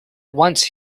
once